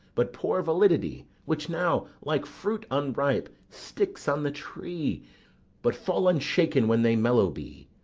but poor validity which now, like fruit unripe, sticks on the tree but fall unshaken when they mellow be.